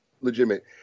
legitimate